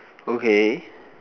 okay